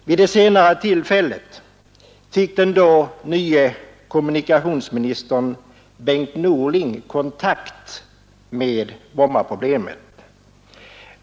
Vid det senare tillfället fick den då nye kommunikationsministern Bengt Norling kontakt med Brommaproblemet.